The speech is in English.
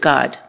God